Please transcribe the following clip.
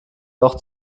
doch